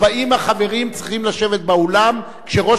40 החברים צריכים לשבת באולם כשראש